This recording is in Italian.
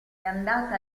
andata